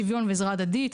שוויון ועזרה הדדית,